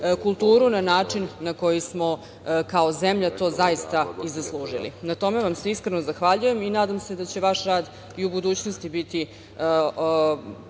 kulturu na način na koji smo kao zemlja to zaista i zaslužili. Na tome vam se iskreno zahvaljujem i nadam se da će vaš rad i u budućnosti biti